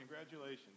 Congratulations